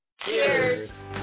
Cheers